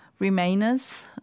Remainers